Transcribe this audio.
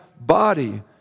body